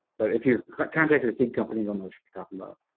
but if you've contacted a feed company, they'll know what you're talking about.